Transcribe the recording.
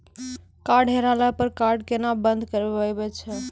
Card हेरैला पर card केना बंद करबै छै?